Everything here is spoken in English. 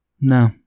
No